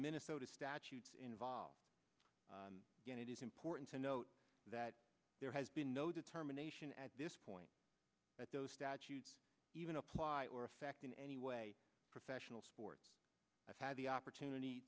minnesota statutes involved and it is important to note that there has been no determination at this point that those statutes even apply or affect in any way professional sports i've had the opportunity